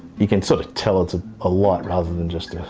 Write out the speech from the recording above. you can sort of tell its ah a light rather than just. yeah